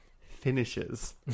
finishes